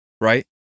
Right